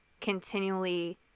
continually